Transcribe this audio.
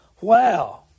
Wow